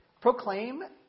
proclaim